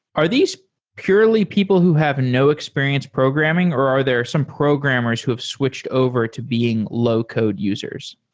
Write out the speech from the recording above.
are these purely people who have no experience programming or are there some programmers who have switched over to being low-code users?